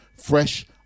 Fresh